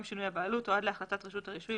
שינוי הבעלות או עד להחלטת רשות הרישוי,